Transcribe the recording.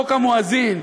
חוק המואזין,